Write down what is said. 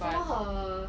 but